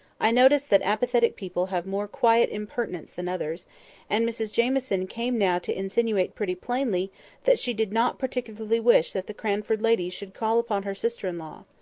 i notice that apathetic people have more quiet impertinence than others and mrs jamieson came now to insinuate pretty plainly that she did not particularly wish that the cranford ladies should call upon her sister-in-law.